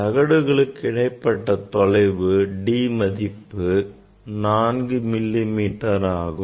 தகடுகளுக்கு இடைப்பட்ட தொலைவு D மதிப்பு 4 மில்லி மீட்டராகும்